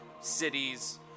cities